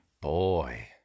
boy